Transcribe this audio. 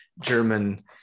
german